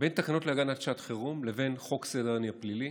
בין תקנות להגנת שעת חירום לבין חוק סדר הדין הפלילי